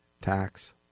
tax